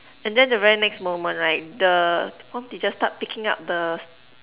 and then the very next moment right the form teacher start picking up the